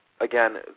again